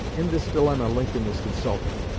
in this dilemma lincoln was consulted.